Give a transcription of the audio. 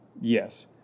Yes